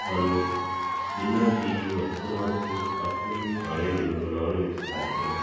ਹਨ ਜਿਹਨਾਂ ਦੀ ਵਰਤੋਂ ਅਸੀਂ ਆਪਣੇ ਖਾਣੇ ਨੂੰ ਬਣਾਉਣ ਵਿੱਚ ਕਰਦੇ ਹਾਂ